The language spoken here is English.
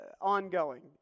ongoing